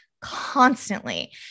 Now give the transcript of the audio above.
constantly